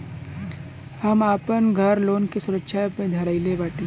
हम आपन घर लोन के सुरक्षा मे धईले बाटी